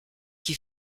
qui